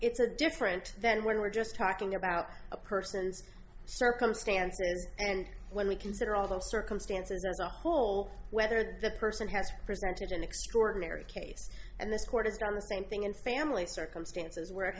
it's a different than when we're just talking about a person's circumstances and when we consider all those circumstances there's a whole whether the person has presented an extraordinary case and this court has done the same thing in family circumstances where it